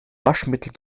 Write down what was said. waschmittel